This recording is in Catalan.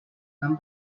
van